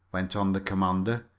went on the commander.